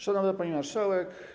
Szanowna Pani Marszałek!